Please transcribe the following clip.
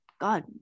God